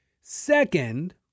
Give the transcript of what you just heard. Second